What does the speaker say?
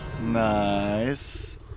Nice